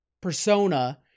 persona